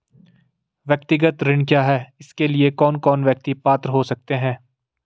व्यक्तिगत ऋण क्या है इसके लिए कौन कौन व्यक्ति पात्र हो सकते हैं?